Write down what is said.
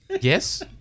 Yes